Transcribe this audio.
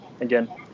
again